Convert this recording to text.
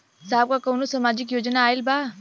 साहब का कौनो सामाजिक योजना आईल बा?